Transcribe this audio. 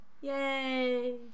Yay